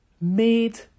made